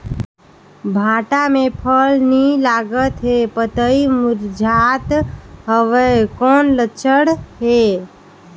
भांटा मे फल नी लागत हे पतई मुरझात हवय कौन लक्षण हे?